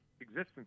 existence